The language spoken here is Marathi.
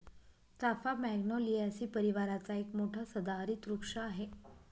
चाफा मॅग्नोलियासी परिवाराचा एक मोठा सदाहरित वृक्ष आहे